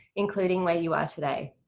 including where you are today.